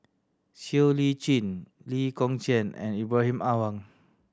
Siow Lee Chin Lee Kong Chian and Ibrahim Awang